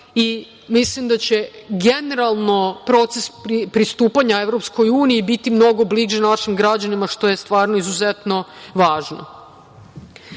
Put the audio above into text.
i mislim da će generalno proces pristupanja EU biti mnogo bliže našim građanima, što je stvarno izuzetno važno.